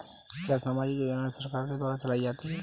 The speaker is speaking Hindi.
क्या सामाजिक योजना सरकार के द्वारा चलाई जाती है?